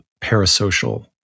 parasocial